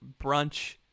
brunch